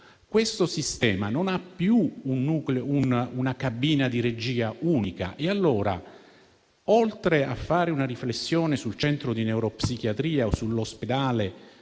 Tale sistema non ha più una cabina di regia unica. E allora, oltre a fare una riflessione sul centro di neuropsichiatria o sul pronto